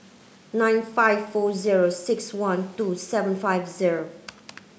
nine five four zero six one two seven five zero